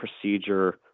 procedure